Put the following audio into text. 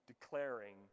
declaring